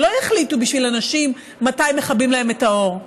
שלא יחליטו בשביל אנשים מתי מכבים להם את האור.